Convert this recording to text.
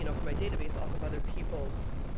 you know for my database, off of other people's